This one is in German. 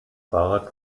fahrrad